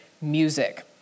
music